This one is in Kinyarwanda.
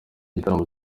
igitaramo